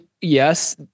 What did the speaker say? yes